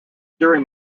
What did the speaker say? during